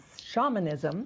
shamanism